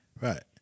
Right